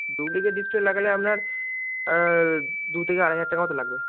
duplicate display লাগালে আপনার দু থেকে আড়াই হাজার টাকা মতো লাগবে